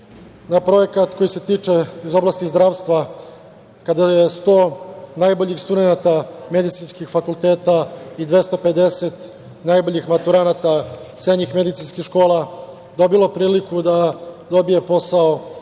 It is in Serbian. na projekat koji se tiče iz oblasti zdravstva, kada je 100 najboljih studenata medicinskih fakulteta i 250 najboljih maturanata srednjih medicinskih škola dobilo priliku da dobije posao u